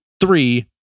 three